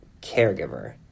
caregiver